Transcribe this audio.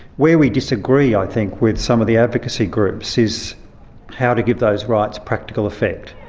where we disagree i think with some of the advocacy groups is how to give those rights practical effect.